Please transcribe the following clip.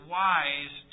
wise